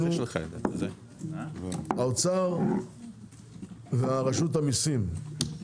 האוצר ורשות המיסים,